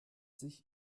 sich